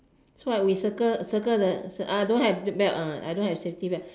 so what we circle circle the ah I don't have the belt I don't have safety belt